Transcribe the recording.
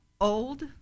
old